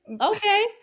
Okay